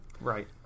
Right